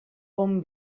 bon